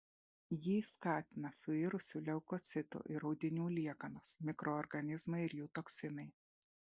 jį skatina suirusių leukocitų ir audinių liekanos mikroorganizmai ir jų toksinai